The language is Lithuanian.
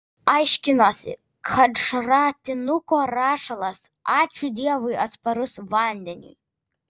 aiškinosi kad šratinuko rašalas ačiū dievui atsparus vandeniui